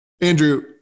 Andrew